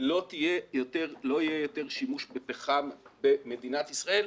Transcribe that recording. לא יהיה יותר שימוש בפחם במדינת ישראל.